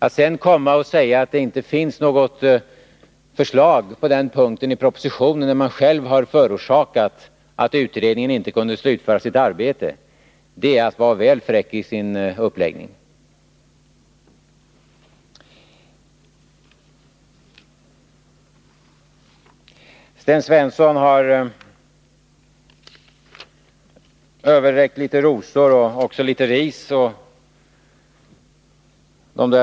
Att sedan komma och säga att det inte finns något förslag på den punkten i propositionen, när man själv har förorsakat att utredningen inte kunde slutföra sitt arbete, är att vara väl fräck i sin uppläggning. Sten Svensson har överräckt litet rosor och även litet ris.